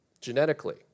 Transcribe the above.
genetically